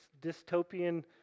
dystopian